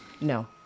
No